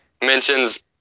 mentions